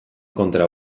kontra